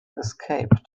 escaped